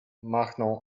machnął